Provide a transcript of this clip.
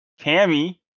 Cammy